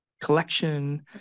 collection